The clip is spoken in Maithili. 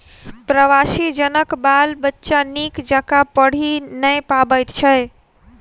प्रवासी जनक बाल बच्चा नीक जकाँ पढ़ि नै पबैत छै